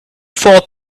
force